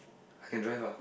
I can drive ah